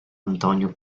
antonio